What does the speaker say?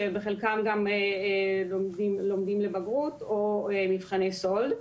שבחלקם גם לומדים לבגרות או מבחני סאלד.